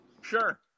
Sure